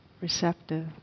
receptive